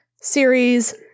series